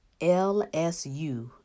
LSU